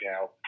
now